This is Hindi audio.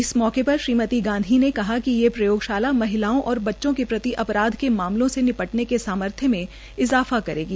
इस मौके पर ीम त गांधी ने कहा क यह योगशाला म हलाओं और ब च के त अपराध के मामल से नपटने के साम य मे इजाफा करेगी